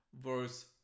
verse